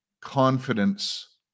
confidence